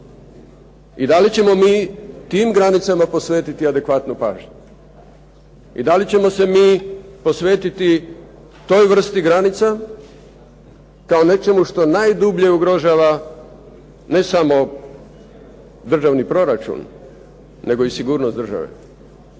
I da li ćemo mi tim granicama posvetiti adekvatnu pažnju? I da li ćemo se mi posvetiti toj vrsti granica kao nečemu što najdublje ugrožava ne samo državni proračun, nego i sigurnost države?